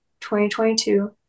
2022